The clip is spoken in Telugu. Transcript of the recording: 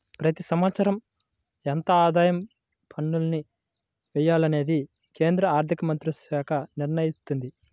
ప్రతి సంవత్సరం ఎంత ఆదాయ పన్నుల్ని వెయ్యాలనేది కేంద్ర ఆర్ధికమంత్రిత్వశాఖే నిర్ణయిత్తది